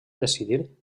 decidir